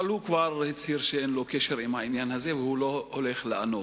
אבל הוא כבר הצהיר שאין לו קשר לעניין הזה והוא לא הולך לענות,